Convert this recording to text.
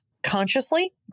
Consciously